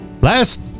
Last